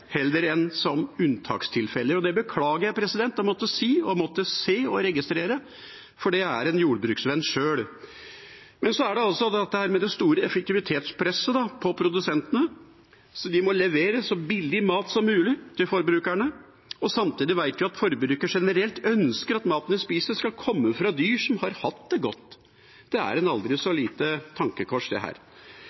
heller enn som unntakstilfeller. Det beklager jeg å måtte si, måtte se og måtte registrere, for jeg er sjøl en jordbruksvenn. Men så er det dette med det store effektivitetspresset på produsentene. De må levere så billig mat som mulig til forbrukerne, og samtidig vet vi at forbrukerne generelt ønsker at maten de spiser, skal komme fra dyr som har hatt det godt. Dette er et aldri så lite tankekors. Når det